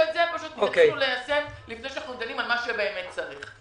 שאת זה יתחילו ליישם לפני שאנחנו דנים על מה שבאמת צריך.